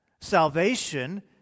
Salvation